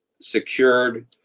secured